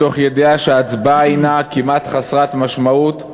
מתוך ידיעה שההצבעה הנה כמעט חסרת משמעות,